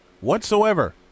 whatsoever